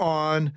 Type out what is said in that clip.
on